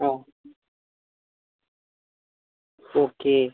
ഓ okay